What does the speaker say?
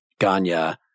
Ganya